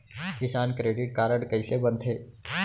किसान credit card कइसे बनथे?